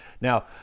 Now